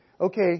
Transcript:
okay